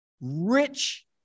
rich